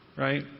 Right